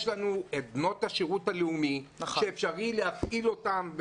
יש לנו את בנות השירות הלאומי ואפשר להפעיל אותן.